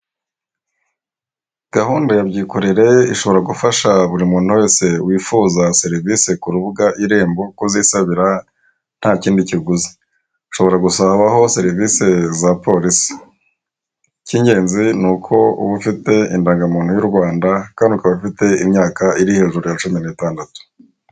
Gahunda ya byikorere ishobora gufasha buri muntu wese wifuza serivisi ku rubuga irembo kuzisabira nta kindi kiguzi ushobora gusababaho serivisi za polisi icy'ingenzi ni uko uba ufite indangamuntu y'u Rwanda kandi ukaba ufite imyaka iri hejuru ya cumi n'itandatu.